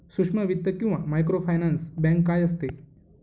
सूक्ष्म वित्त किंवा मायक्रोफायनान्स बँक काय असते?